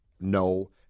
no